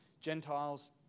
gentiles